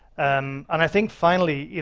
and and i think finally,